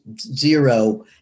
zero